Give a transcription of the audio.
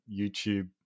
YouTube